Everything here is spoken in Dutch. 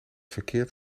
verkeerd